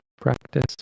practice